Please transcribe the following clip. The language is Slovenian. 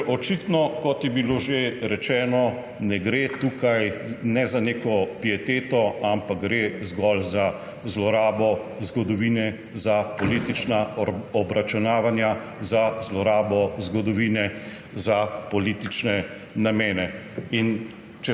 Ker očitno, kot je bilo že rečeno, ne gre tukaj za neko pieteto, ampak gre zgolj za zlorabo zgodovine za politična obračunavanja, za zlorabo zgodovine za politične namene.